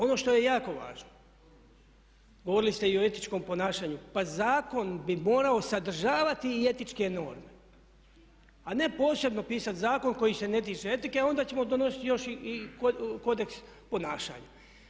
Ono što je jako važno, govorili ste i o etičkom ponašanju, pa zakon bi morao sadržavati i etičke norme, a ne posebno pisati zakon koji se ne tiče etike, a onda ćemo donositi još i kodeks ponašanja.